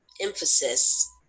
emphasis